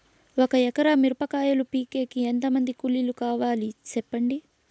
ఒక ఎకరా మిరప కాయలు పీకేకి ఎంత మంది కూలీలు కావాలి? సెప్పండి?